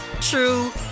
true